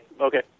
Okay